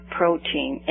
protein